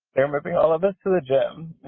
they're moving all of us to a gym.